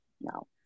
No